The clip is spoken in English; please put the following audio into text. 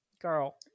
Girl